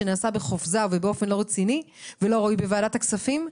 שנעשה בחופזה ובאופן לא רציני ולא ראוי בוועדת הכספים,